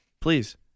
please